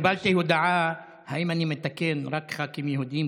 קיבלתי הודעה האם אני מתקן רק ח"כים יהודים,